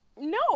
No